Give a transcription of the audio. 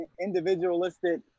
individualistic